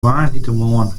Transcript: woansdeitemoarn